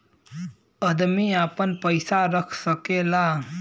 अदमी आपन पइसा रख सकेला